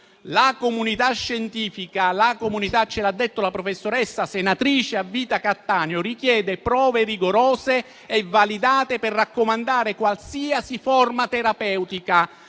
La comunità scientifica - come ha detto la professoressa senatrice a vita Cattaneo - richiede prove rigorose e validate per raccomandare qualsiasi forma terapeutica,